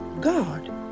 God